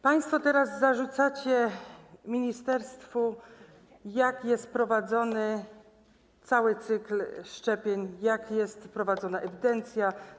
Państwo teraz zarzucacie ministerstwu, jak jest prowadzony cały cykl szczepień, jak jest prowadzona ewidencja.